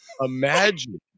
imagine